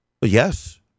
Yes